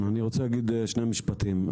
אני רוצה להגיד שני משפטים.